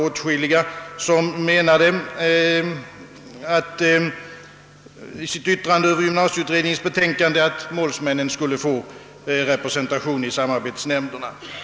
Åtskilliga remissinstanser uttalade i sina yttranden över gymnasieberedningens betänkande att målsmännen borde få representation i samarbetsnämnderna.